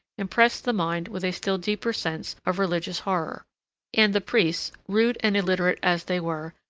impressed the mind with a still deeper sense of religious horror and the priests, rude and illiterate as they were,